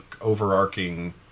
overarching